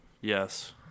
Yes